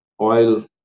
oil